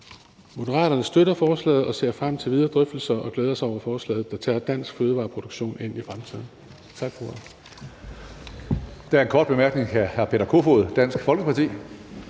Moderaterne støtter forslaget og ser frem til videre drøftelser og glæder sig over forslaget, der tager dansk fødevareproduktion ind i fremtiden. Tak for